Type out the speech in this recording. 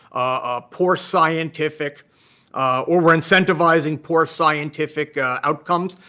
ah poor scientific or we're incentivizing poor scientific outcomes?